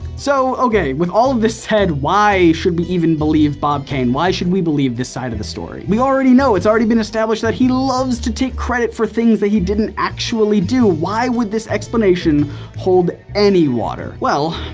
so, okay with all of this said, why should we even believe bob kane? why should we believe this side of the story? we already know, it's already been established that he loves to take credit for things that he didn't actually do. why would this explanation hold any water? well,